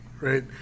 right